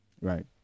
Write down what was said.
right